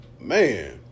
Man